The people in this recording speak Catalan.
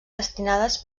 destinades